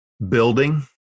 building